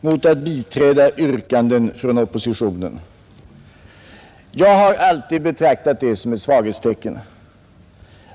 mot att biträda yrkanden från oppositionen. Jag har alltid betraktat det som ett svaghetstecken.